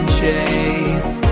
chase